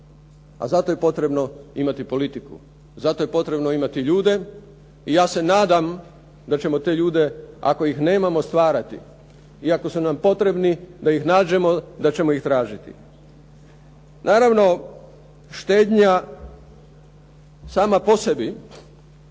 a za to je potrebno imati politiku, za to je potrebno imati ljude i ja se nadam da ćemo te ljude ako ih nemamo stvarati i ako su nam potrebni da ih nađemo da ćemo ih tražiti. Naravno, štednja sama po sebi